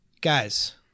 Guys